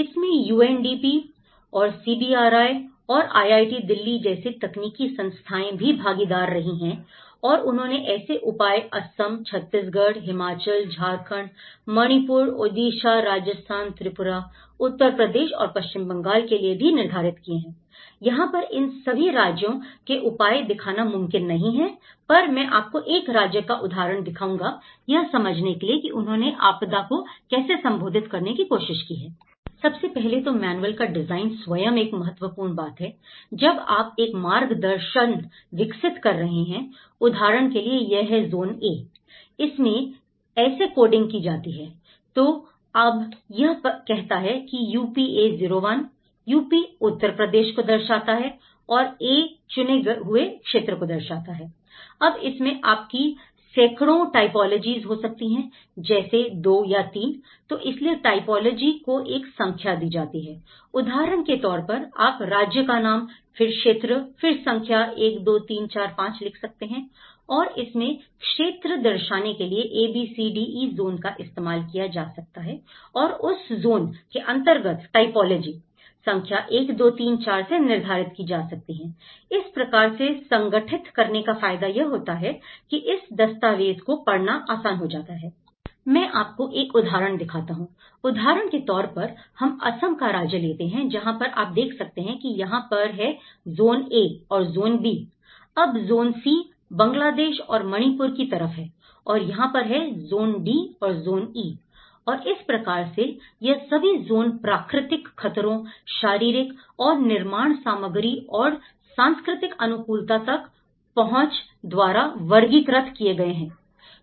इसमें यूएनडीपी और सीबीआरआई और आईआईटी दिल्ली जैसी तकनीकी संस्थाएं भी भागीदार रही हैं और उन्होंने ऐसे उपाय असम छत्तीसगढ़ हिमाचल झारखंड मणिपुर ओडिशा राजस्थान त्रिपुरा उत्तर प्रदेश और पश्चिम बंगाल के लिए भी निर्धारित किए हैं यहां पर इन सब राज्यों के उपाय दिखाना मुमकिन नहीं है पर मैं आपको एक राज्य का उदाहरण दिखाऊंगा यह समझने के लिए कि उन्होंने आपदा को कैसे संबोधित करने की कोशिश की है सबसे पहले तो मैनुअल का डिजाइन स्वयं एक महत्वपूर्ण बात है जब आप एक मार्गदर्शन विकसित कर रहे हैं उदाहरण के लिए यह है zone A इसमें ऐसे कोडिंग की जाती है तो अब यह कहता है UPA 01 UP उत्तर प्रदेश को दर्शाता है और A चुने हुए क्षेत्र को दर्शाता है अब इसमें आपकी सैकड़ों typologies हो सकते हैं जैसे दो या तीन तो इसीलिए typology को एक संख्या दी जाती है उदाहरण के तौर पर आप राज्य का नाम फिर क्षेत्र फिर संख्या 1 2 3 4 5 लिख सकते हैं और इसमें क्षेत्र दर्शाने के लिए ABCDE zone का इस्तेमाल किया जा सकता है और उस zone के अंतर्गत टाइपोलॉजी संख्या 1 2 3 4 से निर्धारित की जा सकती हैं इस प्रकार से संगठित करने का फायदा यह होता है कि इस दस्तावेज को पढ़ना आसान हो जाता है मैं आपको एक उदाहरण दिखाता हूं उदाहरण के तौर पर हम असम का राज्य लेते हैं जहां पर आप देख सकते हैं कि यहां पर है जॉन A और जॉन B अब zone C बांग्लादेश और मणिपुर की तरफ है और यहां पर है zone D और zone E और इस प्रकार से यह सभी zone प्राकृतिक खतरो शारीरिक और निर्माण सामग्री और सांस्कृतिक अनुकूलता तक पहुंच द्वारा वर्गीकृत किए गए हैं